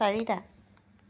চাৰিটা